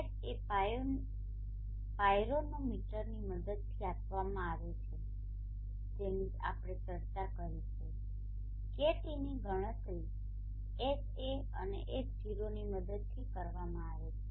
Ha એ પાયરોનોમીટરની મદદથી માપવામાં આવે છે જેની આપણે ચર્ચા કરી છે KTની ગણતરી Ha અને H0ની મદદથી કરવામાં આવે છે